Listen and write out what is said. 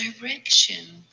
direction